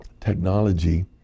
technology